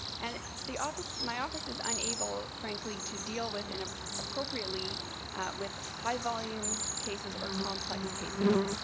and the office my office is unable, frankly to deal with and ah appropriately with high volume cases or complex cases.